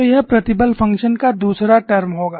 तो यह प्रतिबल फ़ंक्शन का दूसरा टर्म होगा